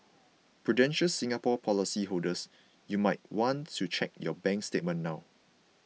prudential Singapore policyholders you might want to check your bank statement now